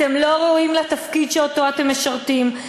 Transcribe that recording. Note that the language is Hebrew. אתם לא ראויים לעם שאותו אתם משרתים,